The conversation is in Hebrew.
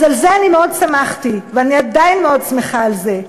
על זה אני מאוד שמחתי ואני עדיין מאוד שמחה על זה.